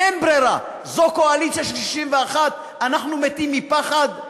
אין ברירה, זו קואליציה של 61, אנחנו מתים מפחד.